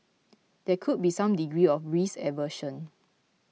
there could be some degree of risk aversion